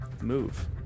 move